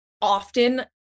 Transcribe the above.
often